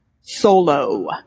solo